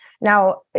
Now